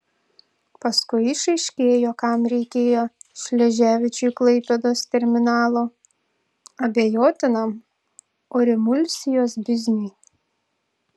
paskui išaiškėjo kam reikėjo šleževičiui klaipėdos terminalo abejotinam orimulsijos bizniui